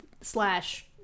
slash